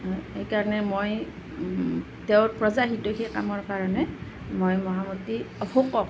এই কাৰণে মই তেওঁৰ প্ৰজা হিতৈষি কামৰ কাৰণে মই মহামূৰ্তি অশোকক